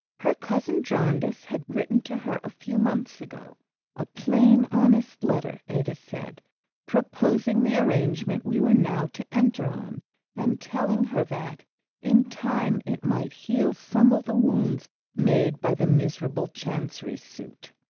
her cousin jarndyce had written to her a few months ago a plain, honest letter, ada said proposing the arrangement we were now to enter on and telling her that in time it might heal some of the wounds made by the miserable chancery suit.